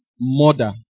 murder